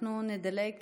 אנחנו נדלג